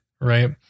right